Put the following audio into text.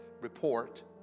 report